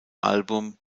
album